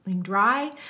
dry